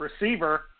receiver